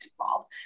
involved